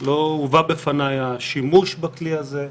לא הובא בפניי השימוש בכלי הזה,